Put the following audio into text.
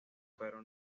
pero